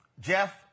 Jeff